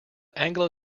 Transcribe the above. anglo